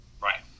Right